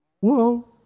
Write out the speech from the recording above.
Whoa